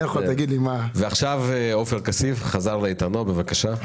עכשיו עופר כסיף, בבקשה.